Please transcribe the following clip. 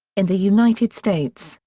in the united states,